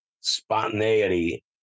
spontaneity